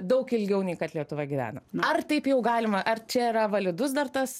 daug ilgiau nei kad lietuva gyvena ar taip jau galima ar čia yra validus dar tas